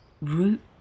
Root